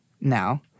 now